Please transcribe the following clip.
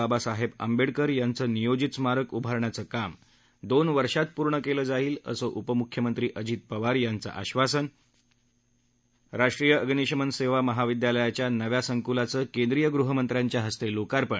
बाबासाहेब आंबेडकर यांचं नियोजित स्मारक उभारण्याचं काम दोन वर्षांत पूर्ण केलं जाईल असं उपमुख्यमंत्री अजित पवार यांचं आश्वासन राष्ट्रीय अग्निशमन सेवा महाविद्यालयाच्या नव्या संकूलाचं केंद्रीय गृहमंत्र्यांच्या हस्ते लोकार्पण